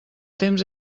temps